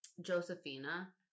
Josephina